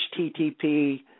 HTTP